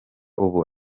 ubu